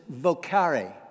vocare